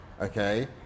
okay